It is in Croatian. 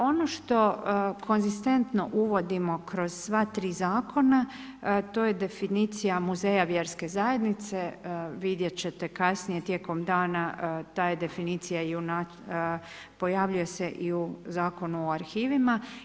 Ono što konzistentno uvodimo kroz sva tri zakona, to je definicija muzeja vjerske zajednice, vidjet ćete kasnije tijekom dana ta je definicija pojavljuje se i u Zakonu o arhivima.